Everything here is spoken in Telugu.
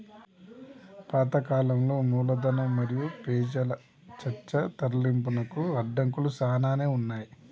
పాత కాలంలో మూలధనం మరియు పెజల చర్చ తరలింపునకు అడంకులు సానానే ఉన్నాయి